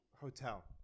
Hotel